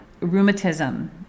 rheumatism